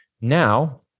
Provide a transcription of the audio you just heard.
Now